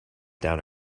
down